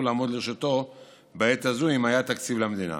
לעמוד לרשותו בעת הזאת אם היה תקציב למדינה.